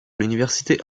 l’université